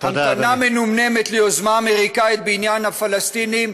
המתנה מנומנמת ליוזמה אמריקנית בעניין הפלסטיני,